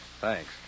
Thanks